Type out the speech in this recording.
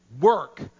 work